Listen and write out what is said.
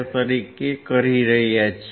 તરીકે કરી રહ્યા છીએ